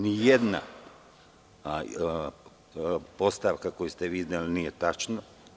Nijedna postavka koju ste vi izneli nije tačna.